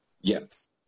Yes